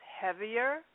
heavier